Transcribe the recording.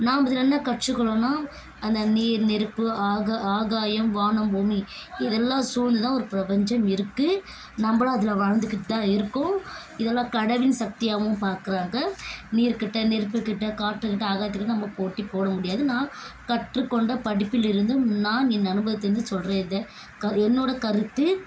நாம் இதில் என்ன கற்றுக்கொள்ளணும்னா அந்த நீர் நெருப்பு ஆகா ஆகாயம் வானம் பூமி இதெல்லாம் சூழ்ந்து தான் ஒரு பிரபஞ்சம் இருக்கும் நம்மளும் அதில் வாழ்ந்துக்கிட்டு தான் இருக்கோம் இதெலாம் கடவுளின் சக்தியாகவும் பார்க்குறாங்க நீர்க்கிட்ட நெருப்புக்கிட்ட காற்றுக்கிட்ட ஆகாயத்துக்கிட்ட நம்ப போட்டிபோட முடியாது நான் கற்றுக்கொண்ட படிப்பிலிருந்தும் நான் என் அனுபவத்திலிருந்து சொல்கிறேன் இத க என்னோடய கருத்து